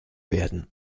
werden